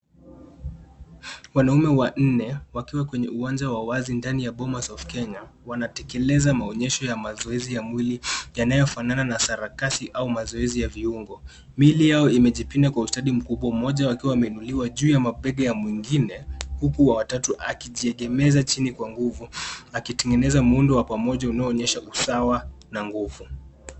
Wanaume wanne wakiwa kwenye uwanja wa uwazi ndani ya bomas of Kenya, wanatekeleza maonyesho ya mazoezi ya mwili yanayofanana na sarakasi au mazoezi ya viungo. mili Yao imejipinda kwa ustadi mkubwa mmoja akiwa ameinuliwa juu ya mabega ya mwingine, huku wa tatu akijiegemeza chini kwa nguvu, akitengeneza muundo wa pamoja unaonyesha usawa na nguvu.